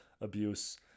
abuse